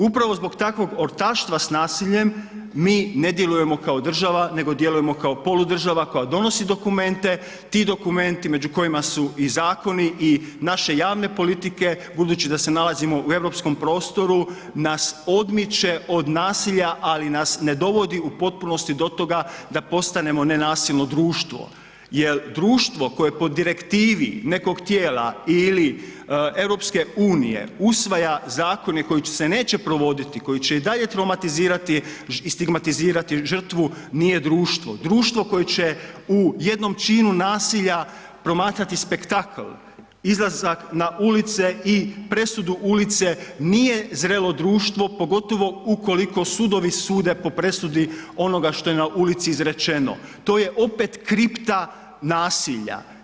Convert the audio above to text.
Upravo zbog takvog ortaštva s nasiljem mi ne djelujemo kao država nego djelujemo kao polu država koja donosi dokumente, ti dokumenti među kojima su i zakoni i naše javne politike budući da se nalazimo u europskom prostoru nas odmiče od nasilja, ali nas ne dovodi u potpunosti do toga da postanemo nenasilno društvo jel društvo koje po Direktivi nekog tijela ili EU usvaja zakone koji se neće provoditi, koji će i dalje traumatizirati i stigmatizirati žrtvu nije društvo, društvo koje će u jednom činu nasilja promatrati spektakl, izlazak na ulice i presudu ulice, nije zrelo društvo, pogotovo ukoliko sudovi sude po presudi onoga što je na ulici izrečeno, to je opet kripta nasilja.